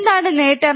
എന്താണ് നേട്ടം